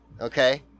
Okay